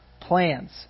plans